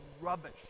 rubbish